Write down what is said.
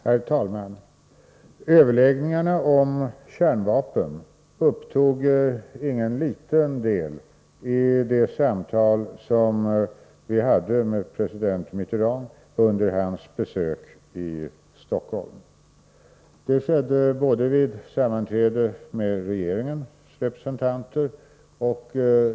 Herr talman! Överläggningarna om kärnvapen upptog ingen liten del av de samtal som vi hade med president Mitterrand under hans besök i Stockholm. Det skedde vid sammanträdet med regeringens representanter.